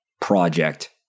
project